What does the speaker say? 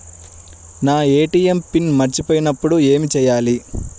నా ATM PIN మర్చిపోయినప్పుడు ఏమి చేయాలి?